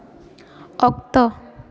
ᱚᱠᱛᱚ